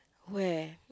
where